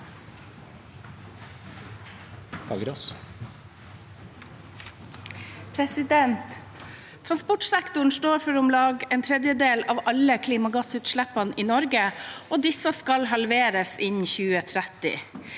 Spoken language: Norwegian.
Transportsektoren står for om lag en tredjedel av alle klimagassutslippene i Norge, og disse skal halveres innen 2030.